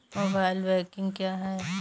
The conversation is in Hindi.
मोबाइल बैंकिंग क्या है?